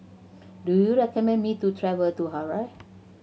do you recommend me to travel to Harare